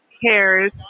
cares